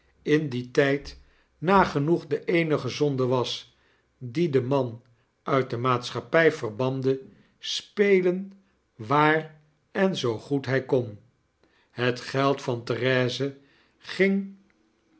in dien tijd nagenoeg de eenige zonde was die den man uit de maatschappii verbande spelen waar en zoo goed hy kon het geld van therese gin